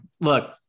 look